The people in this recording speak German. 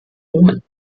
omen